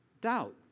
doubt